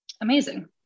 Amazing